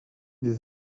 des